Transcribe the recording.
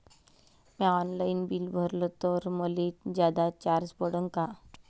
म्या online bill भरलं तर मले जादा चार्ज पडन का?